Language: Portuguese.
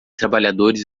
trabalhadores